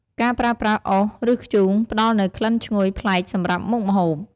ការប្រើប្រាស់អុស ឬធ្យូង ផ្ដល់នូវក្លិនឈ្ងុយប្លែកសម្រាប់មុខម្ហូប។